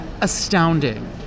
astounding